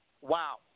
wow